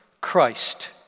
Christ